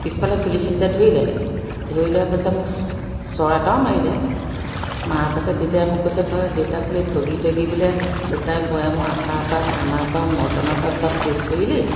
পিছফালে চুলিখিনিতে ধৰি ল'লে ধৰি লোৱাৰ পাছত মোক চ চৰ এটাও মাৰিলে মৰাৰ পাছত তেতিয়া মোক কৈছে তই দেউতাক বোলে ঠগি ঠগি বোলে গোটাই বয়ামৰ আচাৰৰ পৰা চানাৰ পৰা মৰ্টনৰ পৰা চব চেছ কৰিলি